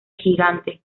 gigante